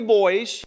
boys